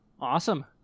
awesome